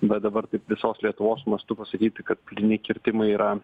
bet dabar taip visos lietuvos mastu pasakyti kad plyni kirtimai yra